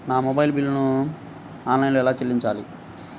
నా మొబైల్ బిల్లును ఆన్లైన్లో ఎలా చెల్లించాలి?